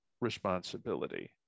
responsibility